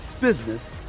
business